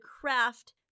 craft